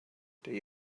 they